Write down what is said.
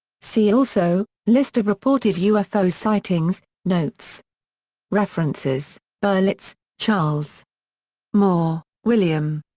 see also list of reported ufo sightings notes references berlitz, charles moore, william.